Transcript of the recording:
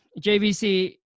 jvc